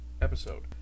episode